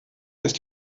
ist